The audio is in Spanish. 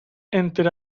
entre